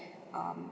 um